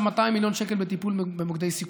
200 מיליון שקל בטיפול במוקדי סיכון,